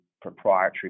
proprietary